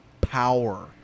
power